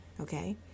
okay